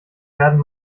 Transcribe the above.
werden